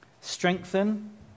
Strengthen